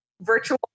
virtual